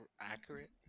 accurate